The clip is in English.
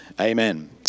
amen